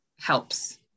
helps